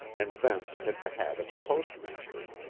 and thence hit the hat of the postmaster.